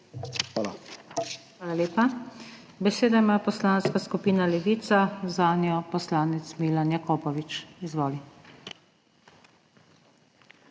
Hvala lepa. Besedo ima Poslanska skupina Levica, zanjo poslanec Milan Jakopovič. Izvoli.